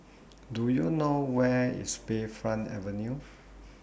Do YOU know Where IS Bayfront Avenue